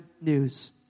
news